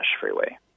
Freeway